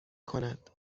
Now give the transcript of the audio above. کند